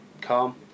calm